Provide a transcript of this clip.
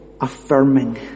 affirming